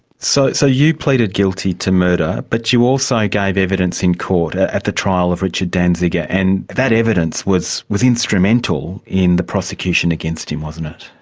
so so you pleaded guilty to murder, but you also gave evidence in court at the trial of richard danziger, and that evidence was was instrumental in the prosecution against him, wasn't it?